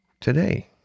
today